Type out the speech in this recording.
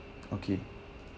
okay